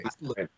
Look